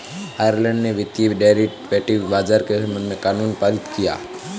Ireland ने वित्तीय derivative बाजार के संबंध में कानून पारित किया है